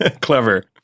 Clever